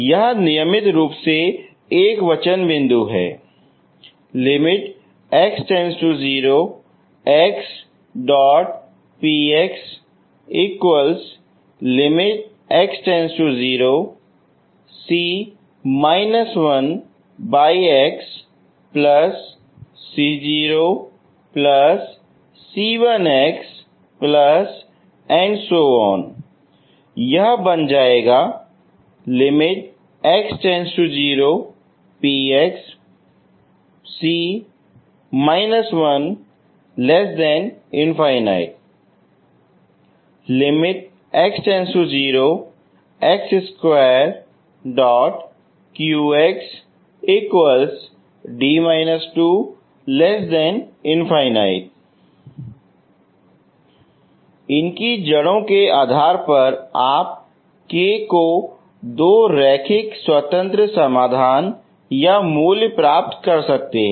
यह नियमित रूप से एकवचन बिंदु है यह बन जाएगा इनकी जड़ों के आधार पर आप k के दो रैखिक स्वतंत्र समाधानमूल्य प्राप्त कर सकते हैं